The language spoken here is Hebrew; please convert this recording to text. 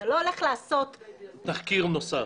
אתה לא הולך לעשות --- תחקיר נוסף.